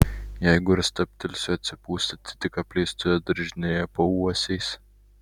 jeigu ir stabtelsiu atsipūsti tai tik apleistoje daržinėje po uosiais